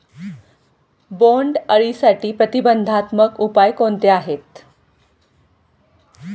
बोंडअळीसाठी प्रतिबंधात्मक उपाय कोणते आहेत?